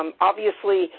um obviously,